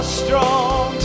strong